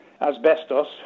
Asbestos